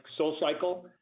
SoulCycle